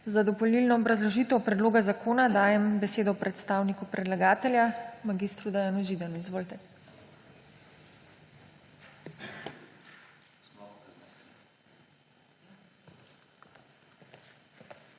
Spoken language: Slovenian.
Za dopolnilno obrazložitev predloga zakona dajem besedo še drugemu predstavniku predlagatelja mag. Dejanu Židanu. Izvolite.